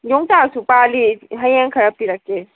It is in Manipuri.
ꯌꯣꯡꯆꯥꯛꯁꯨ ꯄꯥꯜꯂꯤ ꯍꯌꯦꯡ ꯈꯔ ꯄꯤꯔꯛꯀꯦ